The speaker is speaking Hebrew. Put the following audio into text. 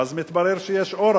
אז מתברר שיש אור,